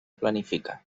planifica